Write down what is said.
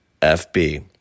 FB